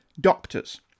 doctors